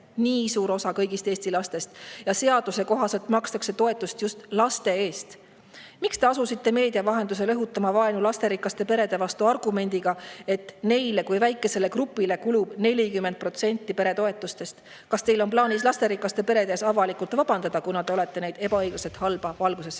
nii suur osa kõigist Eesti lastest ja seaduse kohaselt makstakse toetust just laste eest? Miks te asusite meedia vahendusel õhutama vaenu lasterikaste perede vastu argumendiga, et neile kui väikesele grupile kulub 40% peretoetustest? Kas teil on plaanis lasterikaste perede ees avalikult vabandada, kuna te olete neid ebaõiglaselt halba valgusesse